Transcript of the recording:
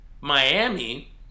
Miami